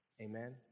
Amen